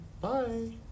Bye